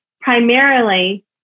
primarily